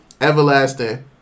Everlasting